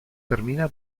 termina